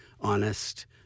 honest